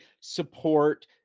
support